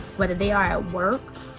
whether they are at work,